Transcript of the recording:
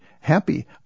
happy